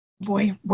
Boy